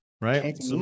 right